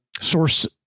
source